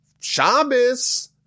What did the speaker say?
Shabbos